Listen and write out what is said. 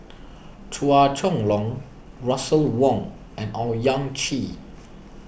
Chua Chong Long Russel Wong and Owyang Chi